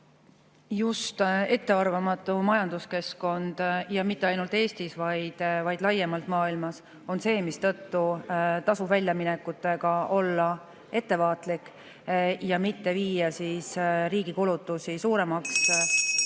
Just ettearvamatu majanduskeskkond – ja mitte ainult Eestis, vaid laiemalt maailmas – on see, mistõttu tasub väljaminekutega olla ettevaatlik ja mitte viia riigi kulutusi suuremaks,